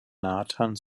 nathan